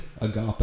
agape